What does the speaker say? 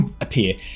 appear